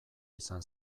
izan